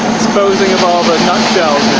disposing of all the nut